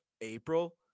April